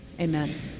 amen